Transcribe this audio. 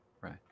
Right